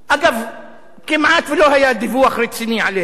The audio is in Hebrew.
כמעט שלא היה דיווח רציני עליהם בתקשורת.